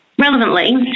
Relevantly